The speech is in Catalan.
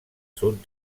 sud